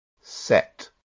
set